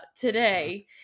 today